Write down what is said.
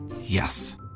Yes